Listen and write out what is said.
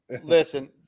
Listen